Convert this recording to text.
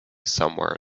somewhere